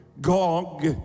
gog